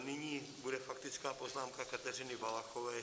Nyní bude faktická poznámka Kateřiny Valachové.